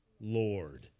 Lord